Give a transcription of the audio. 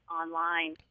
online